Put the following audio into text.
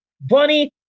Bunny